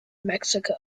mexico